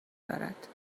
دارد